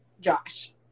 Josh